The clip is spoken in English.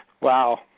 Wow